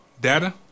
data